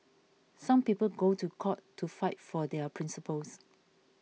some people go to court to fight for their principles